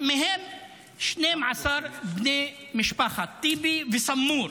12 מהם בני משפחת טיבי וסמור,